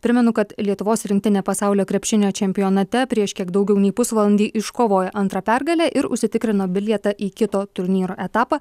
primenu kad lietuvos rinktinė pasaulio krepšinio čempionate prieš kiek daugiau nei pusvalandį iškovojo antrą pergalę ir užsitikrino bilietą į kito turnyro etapą